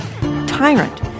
Tyrant